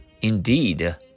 Indeed